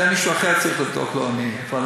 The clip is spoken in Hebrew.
לזה מישהו אחר צריך לדאוג, לא אני.